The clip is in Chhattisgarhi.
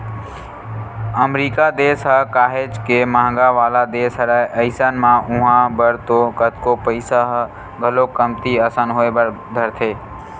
अमरीका देस ह काहेच के महंगा वाला देस हरय अइसन म उहाँ बर तो कतको पइसा ह घलोक कमती असन होय बर धरथे